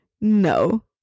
No